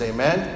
Amen